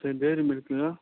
சரி டெய்ரி மில்க்குங்க